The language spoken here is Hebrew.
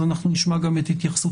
אז נשמע גם את התייחסותכם.